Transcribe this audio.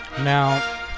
Now